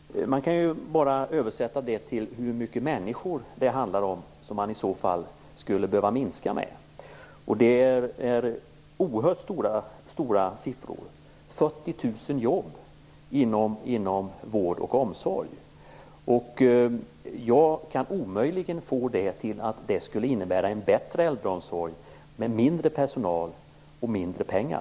Man kan översätta det till hur många människor man i så fall skulle behöva minska med. Det är oerhört stora siffror. Det handlar om 40 000 jobb inom vård och omsorg. Jag kan omöjligen få det till att det skulle bli bättre äldreomsorg med mindre personal och mindre pengar.